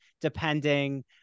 depending